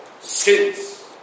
sins